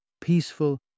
peaceful